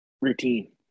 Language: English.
routine